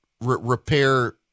Repair